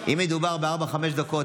אם מדובר בארבע-חמש דקות,